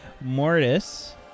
Mortis